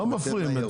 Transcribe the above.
לא מפריעים.